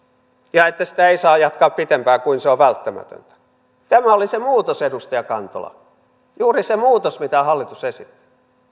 ja että sitä ei saa jatkaa pitempään kuin se on välttämätöntä tämä oli se muutos edustaja kantola juuri se muutos mitä hallitus esitti